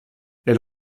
elle